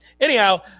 anyhow